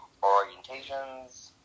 orientations